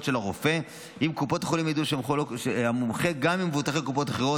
של הרופא המומחה גם עם מבוטחי קופות אחרות,